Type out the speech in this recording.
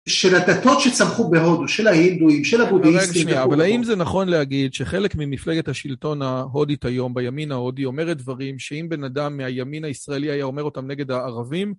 של הדתות שצמחו בהודו, של ההינדואים, של הבודאיסטים, של כולם. רגע שנייה, אבל האם זה נכון להגיד שחלק ממפלגת השלטון ההודית היום בימין ההודי אומרת דברים שאם בן אדם מהימין הישראלי היה אומר אותם נגד הערבים?